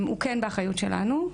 הוא כן באחריות שלנו,